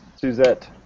Suzette